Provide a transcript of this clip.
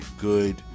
good